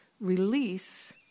Release